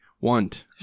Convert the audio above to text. want